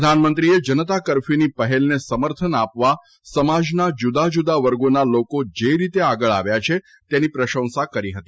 પ્રધાનમંત્રીએ જનતા કરફ્યુની પહેલને સમર્થન આપવા સમાજના જુદા જુદા વર્ગોના લોકો જે રીતે આગળ આવ્યા છે તેની પ્રશંસા કરી હતી